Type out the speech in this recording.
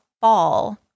fall